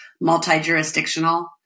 multi-jurisdictional